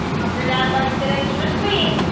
hope your dad likes it extra sweet.